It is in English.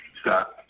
Scott